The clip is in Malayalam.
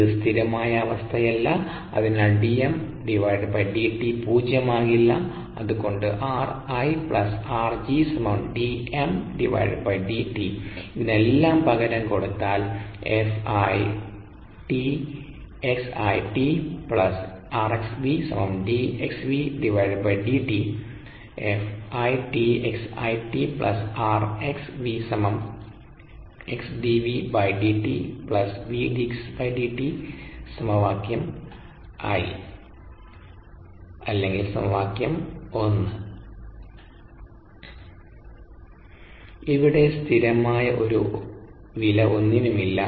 ഇത് സ്ഥിരമായ അവസ്ഥയല്ല അതിനാൽ പൂജ്യമാകില്ല അത്കൊണ്ട് ഇതിനെല്ലാം പകരം കൊടുത്താൽ ഇവിടെ സ്ഥിരമായ വില ഒന്നിനുമില്ല